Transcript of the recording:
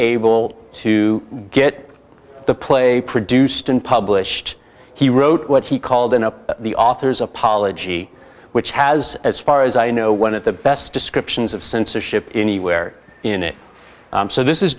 able to get the play produced and published he wrote what he called in up the author's apology which has as far as i know one of the best descriptions of censorship anywhere in it so this is